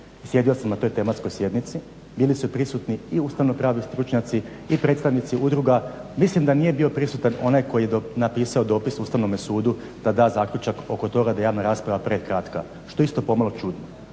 sjedio sam na toj tematskoj sjednici, bili su prisutni i ustavno-pravni stručnjaci i predstavnici udruga. Mislim da nije bio prisutan onaj tko je dopisao dopis Ustavnome sudu da da zaključak oko toga da je javna rasprava prekratka, što je isto pomalo čudno.